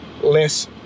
less